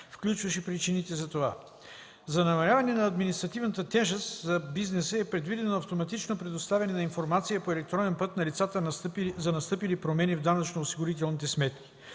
включващ и причините за това. За намаляване на административната тежест за бизнеса е предвидено автоматично предоставяне на информация по електронен път на лицата за настъпили промени в данъчно-осигурителните сметки.